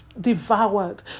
devoured